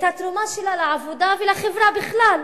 התרומה שלה לעבודה ולחברה בכלל,